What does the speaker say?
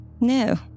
No